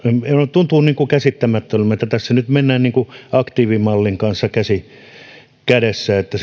tuntuu käsittämättömältä että tässä nyt mennään niin kuin aktiivimallin kanssa käsi kädessä että